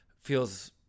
feels